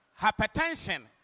Hypertension